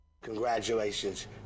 Congratulations